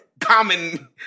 common